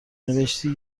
نوشتی